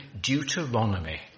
Deuteronomy